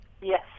Yes